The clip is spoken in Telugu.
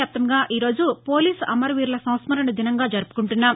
వ్యాప్తంగా ఈ రోజు పోలీస్ అమరవీరుల సంస్నరణ దినంగా జరుపుకుంటున్నాం